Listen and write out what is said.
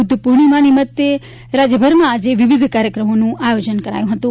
બુધ્ધ પૂર્ણિમા નિમિત્તે રાજ્યભરમાં વિવિધ કાર્યક્રમોનું આયોજન કરાયું હતું